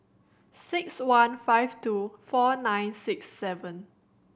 six one five two four nine six seven